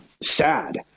sad